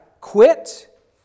quit